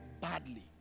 badly